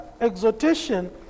exhortation